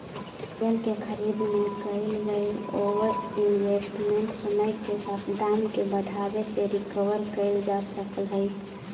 real के खरीद में कईल गेलई ओवर इन्वेस्टमेंट समय के साथ दाम के बढ़ावे से रिकवर कईल जा सकऽ हई